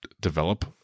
develop